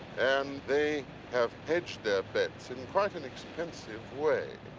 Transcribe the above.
and they have hedged their bets in quite an expensive way.